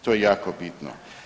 To je jako bitno.